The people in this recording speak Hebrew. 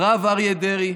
הרב אריה דרעי,